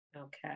Okay